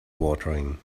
watering